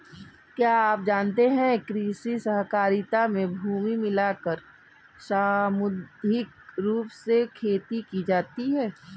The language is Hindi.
क्या आप जानते है कृषि सहकारिता में भूमि मिलाकर सामूहिक रूप से खेती की जाती है?